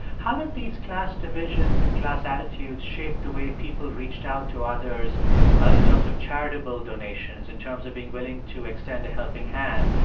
how did these class divisions and class attitudes shape the way people reached out to others in terms of charitable donations, in terms of being willing to extend a helping hand?